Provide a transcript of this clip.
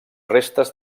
restes